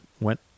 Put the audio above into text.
went